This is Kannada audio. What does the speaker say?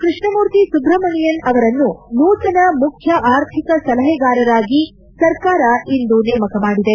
ಕೃಷ್ಣಮೂರ್ತಿ ಸುಬ್ರಮಣಿಯನ್ ಅವರನ್ನು ನೂತನ ಮುಖ್ಯ ಆರ್ಥಿಕ ಸಲಹೆಗಾರರಾಗಿ ಸರ್ಕಾರ ಇಂದು ನೇಮಕ ಮಾಡಿದೆ